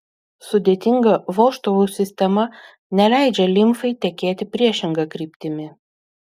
sudėtinga vožtuvų sistema neleidžia limfai tekėti priešinga kryptimi